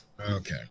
Okay